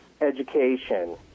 education